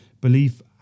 belief